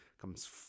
comes